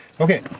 Okay